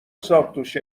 ساقدوش